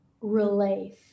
relief